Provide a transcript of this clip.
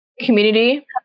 community